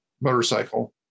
motorcycle